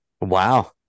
Wow